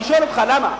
אני שואל אותך, למה?